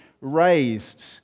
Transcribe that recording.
raised